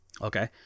Okay